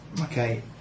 Okay